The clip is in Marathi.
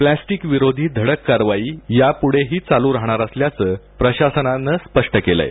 प्लास्टिक विरोधात धडक कारवाई यापुढेही चालू राहणार असल्याचे प्रशासनाने स्पष्ट केलय